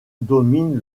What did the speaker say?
domine